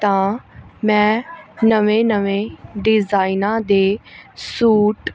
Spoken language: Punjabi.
ਤਾਂ ਮੈਂ ਨਵੇਂ ਨਵੇਂ ਡਿਜ਼ਾਇਨਾਂ ਦੇ ਸੂਟ